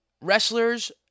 wrestlers